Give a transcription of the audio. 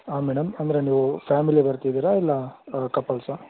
ಹಾಂ ಮೇಡಂ ಅಂದರೆ ನೀವು ಫ್ಯಾಮಿಲಿ ಬರ್ತಿದ್ದೀರಾ ಇಲ್ಲ ಕಪಲ್ಸಾ